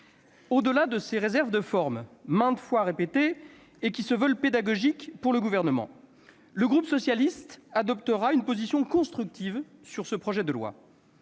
Au-delà de ces réserves de forme, maintes fois répétées et qui se veulent pédagogiques pour le Gouvernement, le groupe socialiste et républicain adoptera une position constructive sur ce projet de loi.